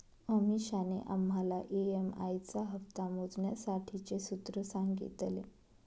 अमीषाने आम्हाला ई.एम.आई चा हप्ता मोजण्यासाठीचे सूत्र सांगितले